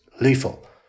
lethal